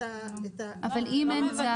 אבל אם אין צו?